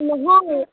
নহয়